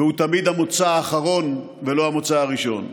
והוא תמיד המוצא האחרון, ולא המוצא הראשון.